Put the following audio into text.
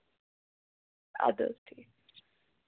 اَدٕ حظ ٹھیٖک چھُ